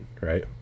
right